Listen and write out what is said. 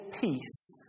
peace